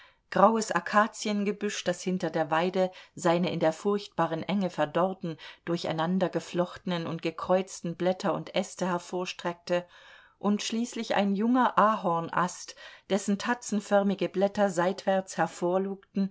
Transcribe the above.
graues akaziengebüsch das hinter der weide seine in der furchtbaren enge verdorrten durcheinandergeflochtenen und gekreuzten blätter und äste hervorstreckte und schließlich ein junger ahornast dessen tatzenförmige blätter seitwärts